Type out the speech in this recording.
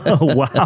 Wow